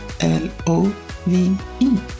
L-O-V-E